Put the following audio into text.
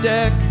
Deck